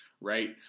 Right